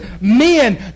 men